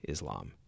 Islam